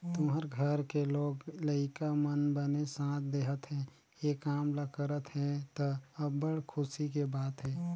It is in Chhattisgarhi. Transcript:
तुँहर घर के लोग लइका मन बने साथ देहत हे, ए काम ल करत हे त, अब्बड़ खुसी के बात हे